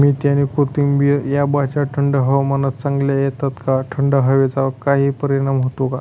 मेथी आणि कोथिंबिर या भाज्या थंड हवामानात चांगल्या येतात का? थंड हवेचा काही परिणाम होतो का?